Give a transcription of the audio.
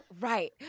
Right